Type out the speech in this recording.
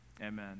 Amen